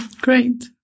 Great